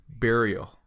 burial